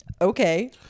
Okay